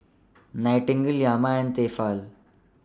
Nightingale Yamaha and Tefal